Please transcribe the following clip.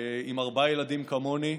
עם ארבעה ילדים, כמוני,